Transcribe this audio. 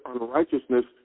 unrighteousness